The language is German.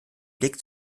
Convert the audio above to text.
blick